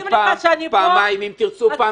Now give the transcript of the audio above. זכות לדבר פעם, פעמיים, אם תרצו פעם שלישית.